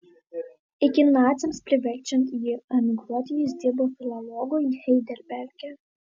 iki naciams priverčiant jį emigruoti jis dirbo filologu heidelberge